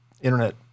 internet